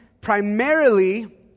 primarily